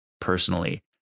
personally